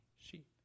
sheep